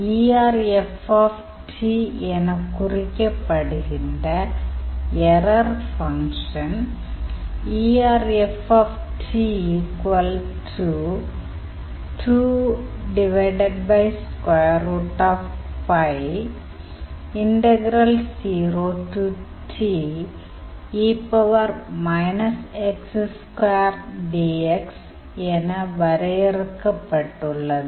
erf என குறிக்கப்படுகின்ற error function என வரையறுக்கப்பட்டுள்ளது